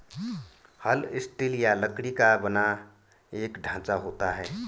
हल स्टील या लकड़ी का बना एक ढांचा होता है